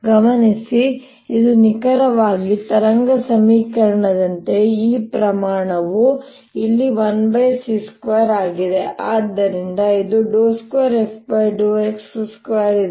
ಗಮನಿಸಿ ಇದು ನಿಖರವಾಗಿ ತರಂಗ ಸಮೀಕರಣದಂತೆಯೇ ಈ ಪ್ರಮಾಣವು ಇಲ್ಲಿ 1 c2 ಆಗಿದೆ